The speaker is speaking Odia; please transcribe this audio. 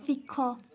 ଶିଖ